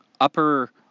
upper